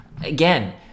again